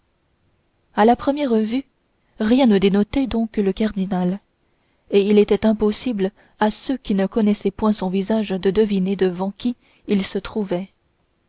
à la première vue rien ne dénotait donc le cardinal et il était impossible à ceux-là qui ne connaissaient point son visage de deviner devant qui ils se trouvaient